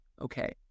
Okay